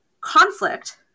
conflict